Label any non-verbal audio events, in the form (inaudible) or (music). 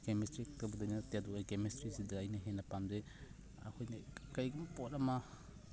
chemistry (unintelligible) ꯅꯠꯇꯦ ꯑꯗꯨꯕꯨ ꯑꯩ ꯀꯦꯃꯤꯁꯇ꯭ꯔꯤꯁꯤꯗ ꯑꯩꯅ ꯍꯦꯟꯅ ꯄꯥꯝꯖꯩ ꯑꯩꯈꯣꯏꯅ ꯀꯔꯤꯒꯨꯝꯕ ꯄꯣꯠ ꯑꯃ